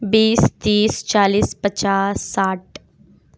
بیس تیس چالیس پچاس ساٹھ